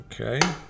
Okay